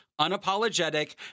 unapologetic